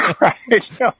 right